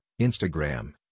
Instagram